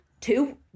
Two